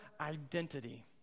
identity